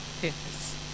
purpose